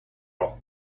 all